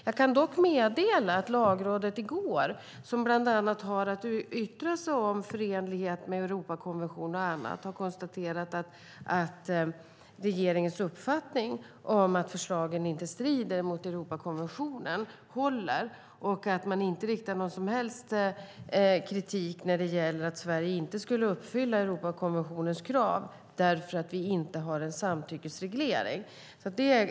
Jag kan dock meddela att Lagrådet, som bland annat har att yttra sig om förenlighet med Europakonventioner och annat, har konstaterat att regeringens uppfattning att förslagen inte strider mot Europakonventionen håller. Man riktar inte någon som helst kritik mot Sverige för att inte uppfylla Europakonventionens krav därför att vi inte har en samtyckesreglering.